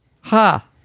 ha